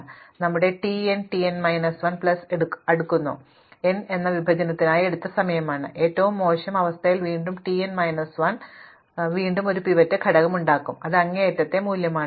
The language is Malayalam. അതിനാൽ നമ്മുടെ ടിഎൻ ടിഎൻ മൈനസ് 1 പ്ലസ് എടുക്കുന്നു n n എന്നത് വിഭജനത്തിനായി എടുത്ത സമയമാണ് ഏറ്റവും മോശം അവസ്ഥയിൽ വീണ്ടും ടിഎൻ മൈനസ് 1 വീണ്ടും ഒരു പിവറ്റ് ഘടകമുണ്ടാകും അത് അങ്ങേയറ്റത്തെ മൂല്യമാണ്